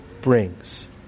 brings